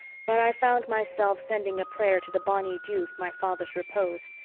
but i found myself sending a prayer to the bonny dew for my father's repose,